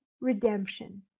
redemption